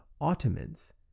Ottomans